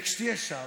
וכשתהיה שם,